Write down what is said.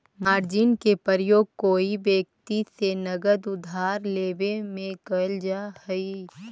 margin के प्रयोग कोई व्यक्ति से नगद उधार लेवे में कैल जा हई